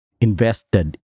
invested